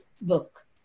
book